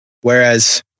Whereas